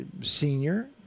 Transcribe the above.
senior